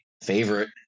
favorite